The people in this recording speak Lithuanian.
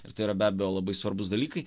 ir tai yra be abejo labai svarbūs dalykai